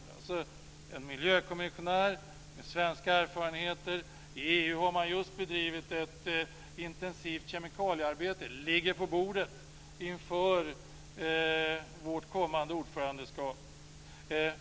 Det finns en miljökommissionär med svenska erfarenheter. I EU har man just bedrivit ett intensivt kemikaliearbete. Det ligger på bordet inför vårt kommande ordförandeskap.